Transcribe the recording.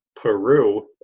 Peru